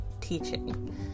teaching